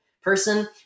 person